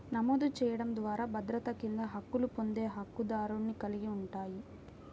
నమోదు చేయడం ద్వారా భద్రత కింద హక్కులు పొందే హక్కుదారుని కలిగి ఉంటాయి,